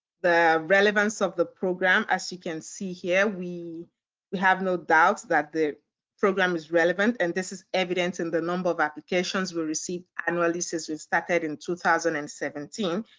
the relevance of the program, as you can see here, we we have no doubt that the program is relevant and this is evidenced in the number of applications we receive annually since we started in two thousand and seventeen.